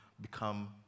become